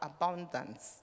abundance